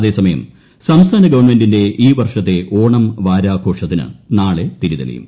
അതേസമയം സംസ്ഥാന ഗവൺമെന്റിന്റെ ഈ വർഷത്തെ ഓണം വാരാഘോഷത്തിന് നാളെ തിരിതെളിയും